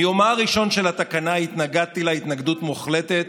מיומה הראשון של התקנה התנגדתי לה התנגדות מוחלטת,